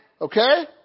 Okay